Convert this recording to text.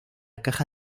caja